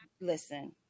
Listen